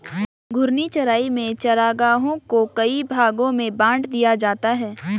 घूर्णी चराई में चरागाहों को कई भागो में बाँट दिया जाता है